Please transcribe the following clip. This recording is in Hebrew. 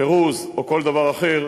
פירוז או כל דבר אחר,